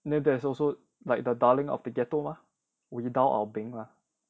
then there's also like the darling of the ghetto mah our beng mah